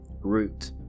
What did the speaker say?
root